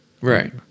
Right